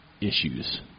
issues